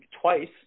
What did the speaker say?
twice